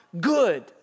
good